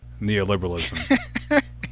neoliberalism